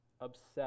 obsessed